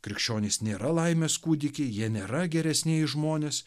krikščionys nėra laimės kūdikiai jie nėra geresnieji žmonės